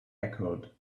echoed